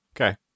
Okay